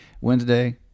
Wednesday